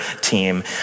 team